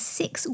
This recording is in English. six